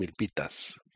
Milpitas